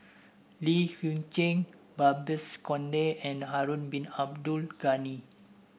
Li Hui Cheng Babes Conde and Harun Bin Abdul Ghani